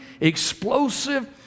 explosive